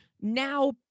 now